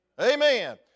Amen